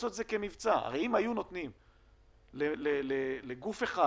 אם היו נותנים לגוף אחד